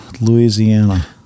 Louisiana